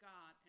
God